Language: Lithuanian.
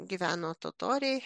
gyveno totoriai